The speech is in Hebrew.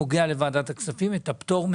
שנוגע לוועדת הכספים.